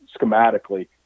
schematically